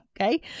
Okay